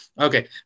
Okay